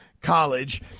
College